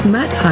Matt